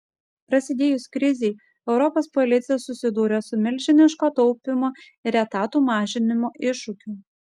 prasidėjus krizei europos policija susidūrė su milžiniško taupymo ir etatų mažinimo iššūkiu